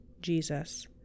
jesus